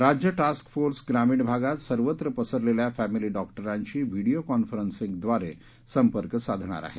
राज्य task force ग्रामीण भागात सर्वत्र पसरलेल्या फॅमिली डॉक्टरांशी व्हिडीओ कॉन्फरन्सिंगद्वारे संपर्क साधणार आहे